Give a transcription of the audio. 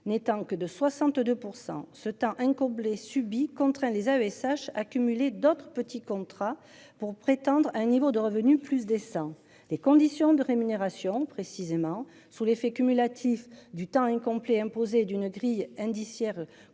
n'étant que de 62%. Ce temps hein combler subi contraint les AESH accumuler d'autres petits contrats pour prétendre à un niveau de revenu plus décent des conditions de rémunération précisément sous l'effet cumulatif du temps incomplet imposé d'une grille indiciaire